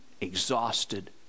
exhausted